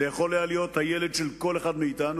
זה היה יכול להיות הילד של כל אחד מאתנו,